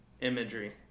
imagery